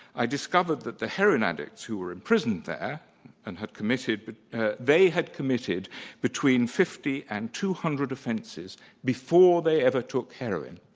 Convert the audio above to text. i discovered that the heroin addicts who were imprisoned there and had committed but they had committed between fifty and two hundred offenses before they ever took heroin.